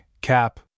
Cap